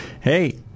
hey